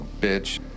bitch